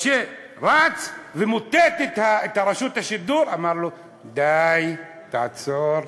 כשרץ ומוטט את רשות השידור, אמר לו: די, תעצור.